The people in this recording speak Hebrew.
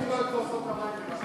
תזיזו לו את כוסות המים בבקשה,